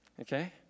okay